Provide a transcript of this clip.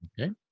Okay